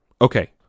Okay